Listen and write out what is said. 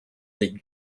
league